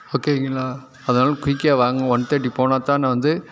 ஓகேங்களா அதனால் குயிக்காக வாங்க ஒன் தேர்ட்டிக்கு போனால் தான் நான் வந்து